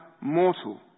mortal